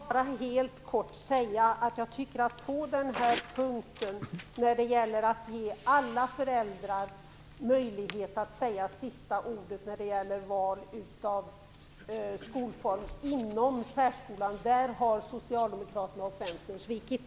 Herr talman! Jag vill bara helt kort säga att på den här punkten när det gäller att ge alla föräldrar möjlighet att säga sista ordet i fråga om val av skolform inom särskolan har Socialdemokraterna och Vänstern svikit.